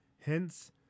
Hence